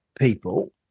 people